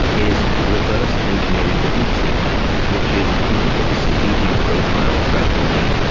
is reverse engineering the deep sleep hack, which is if you look at the circadian profile throughout the night.